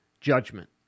judgment